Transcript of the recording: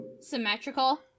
symmetrical